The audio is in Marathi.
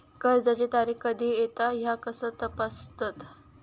कर्जाची तारीख कधी येता ह्या कसा तपासतत?